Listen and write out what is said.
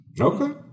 Okay